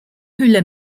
hula